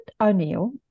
O'Neill